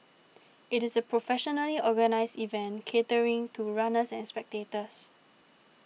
it is a professionally organised event catering to runners and spectators